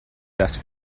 dass